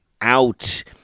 out